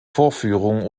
vorführungen